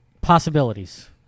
possibilities